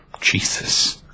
Jesus